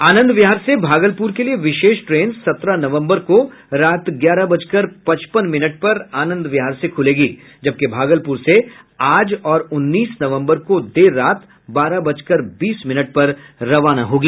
आनंद विहार से भागलपूर के लिये विशेष ट्रेन सत्रह नवंबर को रात ग्यारह बजकर पचपन मिनट पर आनंद विहार से खुलेगी जबकि भागलपुर से आज और उन्नीस नवंबर को देर रात बारह बजकर बीस मिनट पर रवाना होगी